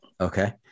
Okay